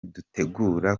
dutegura